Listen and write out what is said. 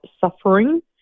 suffering